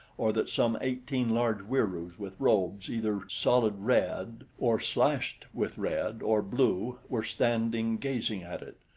or that some eighteen large wieroos with robes either solid red or slashed with red or blue were standing gazing at it.